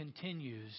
continues